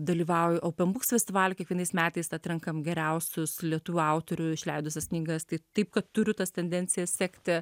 dalyvauju open buks festivaly kiekvienais metais atrenkam geriausius lietuvių autorių išleidusias knygas tai taip kad turiu tas tendencijas sekti